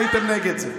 הייתם נגד זה.